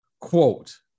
quote